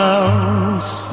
else